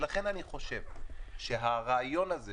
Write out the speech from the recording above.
ולכן אני חושב שהרעיון הזה,